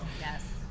Yes